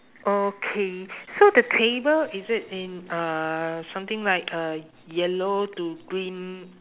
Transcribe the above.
okay so the table is it in uh something like uh yellow to green